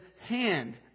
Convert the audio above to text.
hand